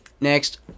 Next